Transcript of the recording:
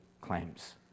claims